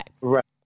Right